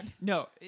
no